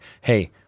hey